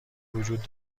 وجود